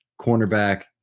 cornerback